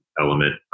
element